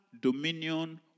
dominion